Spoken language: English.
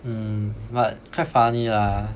um but quite funny lah